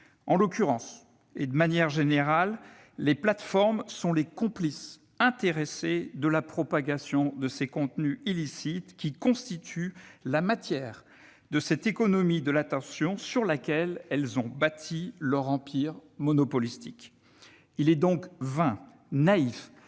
En l'occurrence et de manière générale, les plateformes sont les complices intéressés de la propagation de ces contenus illicites, qui constituent la matière de cette économie de l'attention sur laquelle elles ont bâti leur empire monopolistique. Il est donc vain, naïf